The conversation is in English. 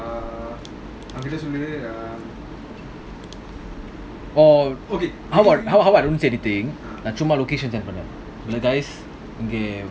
oh how about I don't say anything சும்மா:summa location send பண்ணு:pannu